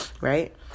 Right